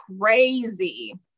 crazy